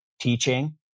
teaching